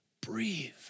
breathe